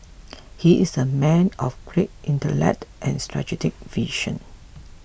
he is a man of great intellect and strategic vision